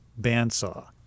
bandsaw